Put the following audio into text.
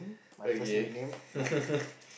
okay